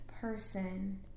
person